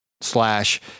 slash